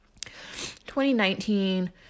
2019